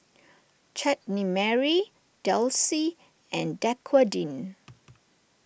Chutney Mary Delsey and Dequadin